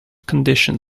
condition